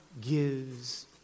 gives